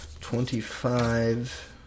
twenty-five